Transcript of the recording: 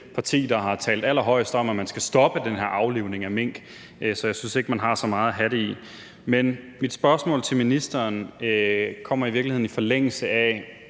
parti, der har talt allerhøjst om, at man skal stoppe den her aflivning af mink. Så jeg synes ikke, man har så meget at have det i. Men mit spørgsmål til ministeren kommer i virkeligheden i forlængelse af,